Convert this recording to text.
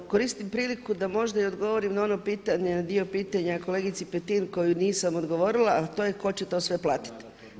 Koristim priliku da možda odgovorim na dio pitanja kolegici Petin koju nisam odgovorila, a to je tko će sve platiti.